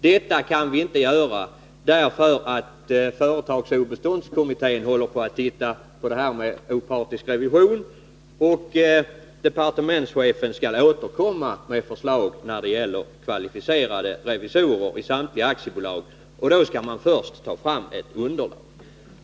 — detta kan vi inte göra därför att företagsobeståndskommittén håller på att titta på frågan om opartisk revision. Departementschefen skall återkomma med förslag om kvalificerade revisorer i samtliga aktiebolag, och då skall man först ta fram ett underlag.